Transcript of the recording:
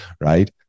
right